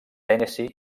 tennessee